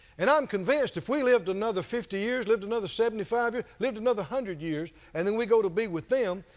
and i'm convinced if we lived another fifty years, lived another seventy-five years, lived another hundred years, and then we go to be with them.